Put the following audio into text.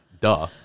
duh